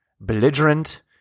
belligerent